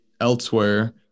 elsewhere